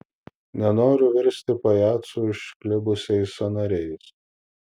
nenoriu virsti pajacu išklibusiais sąnariais